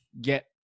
get